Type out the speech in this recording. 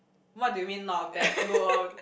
what do you mean not bad you were